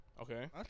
Okay